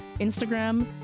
Instagram